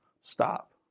stop